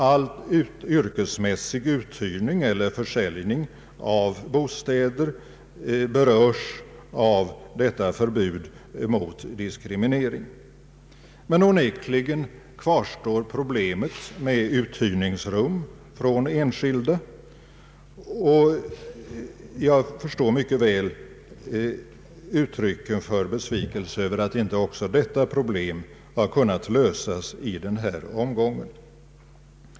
All yrkesmässig uthyrning eller försäljning av bostäder berörs av detta förbud mot diskriminering. Men onekligen kvarstår problemet med uthyrningsrum från enskilda. Jag förstår mycket väl uttrycken för besvikelse över att inte också detta problem har kunnat lösas i denna omgång.